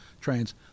trains